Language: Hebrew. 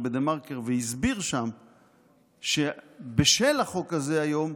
בדה-מרקר והסביר שם שבשל החוק הזה היום,